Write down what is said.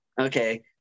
okay